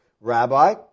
Rabbi